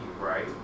right